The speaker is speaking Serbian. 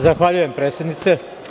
Zahvaljujem predsednice.